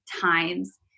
times